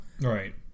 Right